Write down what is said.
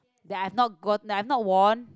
that I have not got I'm not wore